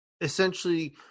essentially